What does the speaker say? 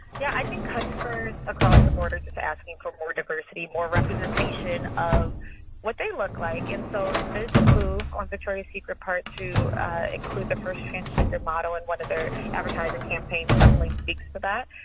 yeah, i think customers across the board are just asking for more diversity, more representation of what they look like. and so this move on victoria's secret part to include the first transgender model in one of their advertising campaigns definitely speaks to that.